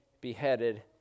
beheaded